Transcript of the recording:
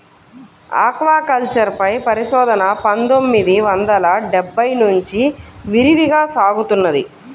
aquaculture పై పరిశోధన పందొమ్మిది వందల డెబ్బై నుంచి విరివిగా సాగుతున్నది